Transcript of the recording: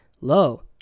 lo